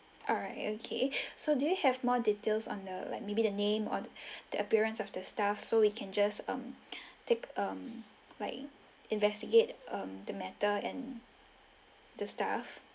alright okay so do you have more details on the like maybe the name or the appearance of the staff so we can just um take um like investigate the um matter and the staff